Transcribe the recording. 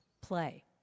play